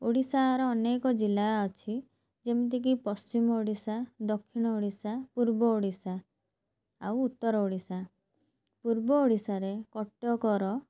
ଓଡ଼ିଶାର ଅନେକ ଜିଲ୍ଲା ଅଛି ଯେମିତିକି ପଶ୍ଚିମ ଓଡ଼ିଶା ଦକ୍ଷିଣ ଓଡ଼ିଶା ପୂର୍ବ ଓଡ଼ିଶା ଆଉ ଉତ୍ତର ଓଡ଼ିଶା ପୂର୍ବ ଓଡ଼ିଶାରେ କଟକର